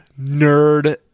nerd